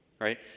right